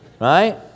Right